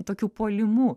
tokiu puolimu